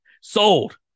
sold